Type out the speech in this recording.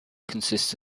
consists